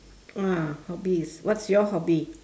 ah hobbies what's your hobby